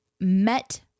met